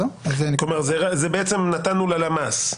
כלומר את זה נתנו ללמ"ס?